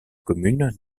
commune